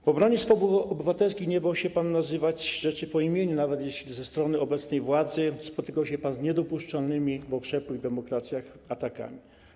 W obronie swobód obywatelskich nie bał się pan nazywać rzeczy po imieniu, nawet jeśli ze strony obecnej władzy spotykał się pan z niedopuszczalnymi w okrzepłych demokracjach atakami.